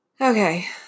okay